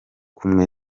kumwe